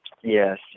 yes